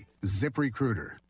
ZipRecruiter